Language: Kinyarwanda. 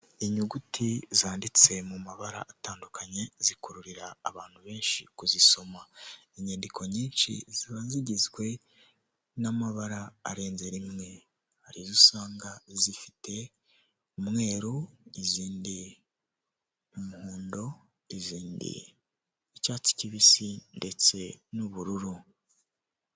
Inyuguti zanditse mu mabara atandukanye, zikururira abantu benshi kuzisoma, inyandiko nyinshi ziba zigizwe n'amabara arenze rimwe, hari izo usanga zifite umweru n'izindi, umuhondo, izindi icyatsi kibisi ndetse n'ubururu.